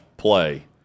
Play